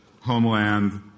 homeland